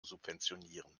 subventionieren